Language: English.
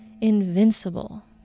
invincible